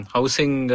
Housing